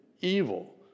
evil